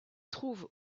trouve